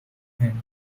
and